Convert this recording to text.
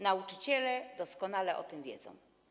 Nauczyciele doskonale o tym wiedzą.